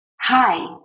hi